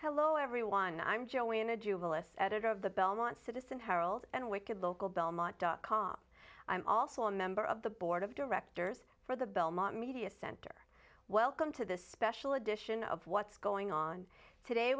hello everyone i'm joanna jubilance editor of the belmont citizen herald and wicked local belmont dot com i'm also a member of the board of directors for the belmont media center welcome to this special edition of what's going on today